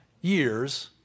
years